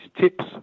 tips